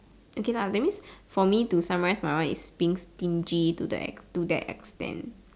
okay lah that means for me to summarize my one is being stingy to the to the extent